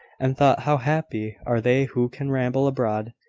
and thought how happy are they who can ramble abroad,